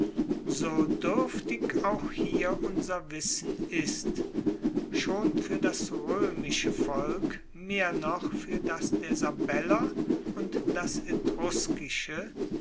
so duerftig auch hier unser wissen ist schon fuer das roemische volk mehr noch fuer das der sabeller und das